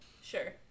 Sure